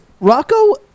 Rocco